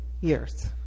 years